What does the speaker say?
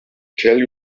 tell